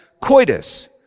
coitus